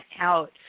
out